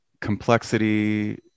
complexity